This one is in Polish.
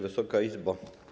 Wysoka Izbo!